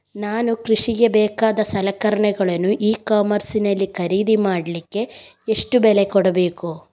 ನಾನು ಕೃಷಿಗೆ ಬೇಕಾದ ಸಲಕರಣೆಗಳನ್ನು ಇ ಕಾಮರ್ಸ್ ನಲ್ಲಿ ಖರೀದಿ ಮಾಡಲಿಕ್ಕೆ ಎಷ್ಟು ಬೆಲೆ ಕೊಡಬೇಕು?